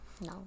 No